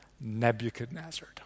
Nebuchadnezzar